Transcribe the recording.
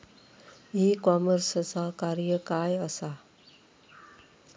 E कॉमर्सचा कार्य काय असा?